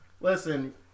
Listen